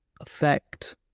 affect